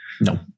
No